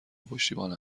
پشتیبان